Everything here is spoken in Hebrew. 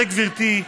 וגברתי,